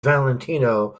valentino